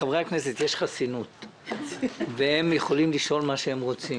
לחברי הכנסת יש חסינות והם יכולים לשאול מה שהם רוצים.